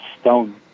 stone